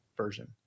version